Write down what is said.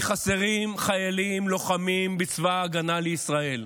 כי חסרים חיילים לוחמים בצבא ההגנה לישראל.